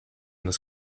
this